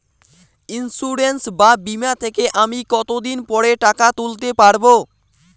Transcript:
Insurance বা বিমা থেকে আমি কত দিন পরে টাকা তুলতে পারব?